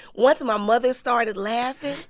once my mother started laughing,